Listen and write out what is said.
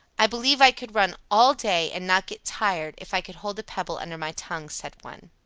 i believe i could run all day, and not get tired, if i could hold a pebble under my tongue, said one.